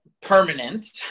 permanent